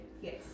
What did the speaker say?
yes